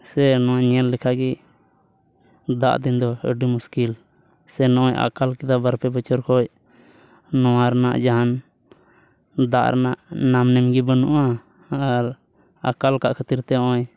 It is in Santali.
ᱥᱮ ᱱᱚᱣᱟᱧ ᱧᱮᱞ ᱞᱮᱠᱷᱟᱱ ᱜᱮ ᱫᱟᱜ ᱫᱤᱱ ᱫᱚ ᱟᱹᱰᱤ ᱢᱩᱥᱠᱤᱞ ᱱᱚᱜᱼᱚᱭ ᱟᱠᱟᱞ ᱠᱮᱫᱟ ᱵᱟᱨ ᱯᱮ ᱵᱚᱪᱷᱚᱨ ᱠᱷᱚᱱ ᱱᱚᱣᱟ ᱨᱮᱭᱟᱜ ᱡᱟᱦᱟᱱ ᱫᱟᱜ ᱨᱮᱱᱟᱜ ᱱᱟᱢ ᱜᱮ ᱵᱟᱹᱱᱩᱜᱼᱟ ᱟᱨ ᱟᱠᱟᱞ ᱠᱟᱜ ᱠᱷᱟᱹᱛᱤᱨ ᱛᱮ ᱱᱚᱜᱼᱚᱭ